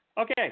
Okay